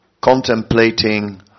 contemplating